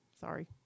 Sorry